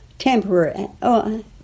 temporary